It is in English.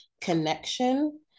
connection